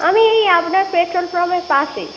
আমি এই আপনার পেট্রোল পাম্পের পাশে